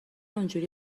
اونحوری